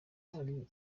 ari